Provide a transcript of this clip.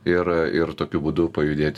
ir ir tokiu būdu pajudėt